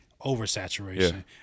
oversaturation